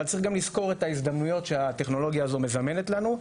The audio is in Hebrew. אבל צריך גם לזכור את ההזדמנויות שהטכנולוגיה הזו מזמנת לנו,